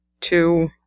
two